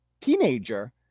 teenager